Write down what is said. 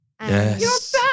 Yes